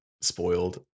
spoiled